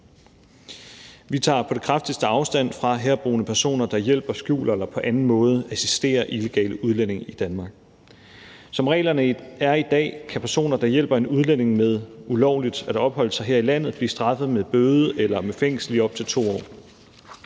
Vi tager på det kraftigste afstand fra herboende personer, der hjælper, skjuler eller på anden måde assisterer illegale udlændinge i Danmark. Som reglerne er i dag, kan personer, der hjælper en udlænding med ulovligt at opholde sig her i landet, blive straffet med bøde eller med fængsel i op til 2 år.